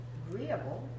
agreeable